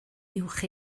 uwch